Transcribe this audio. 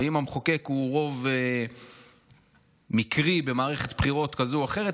ואם המחוקק הוא רוב מקרי במערכת הבחירות כזאת או אחרת,